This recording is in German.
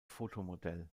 fotomodell